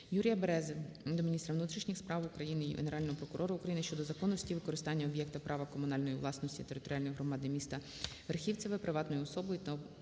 Юрія Берези до міністра внутрішніх справ України, Генерального прокурора України щодо законності використання об'єкта права комунальної власності територіальної громади містаВерхівцеве, приватною особою та обладнання